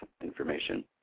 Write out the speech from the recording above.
information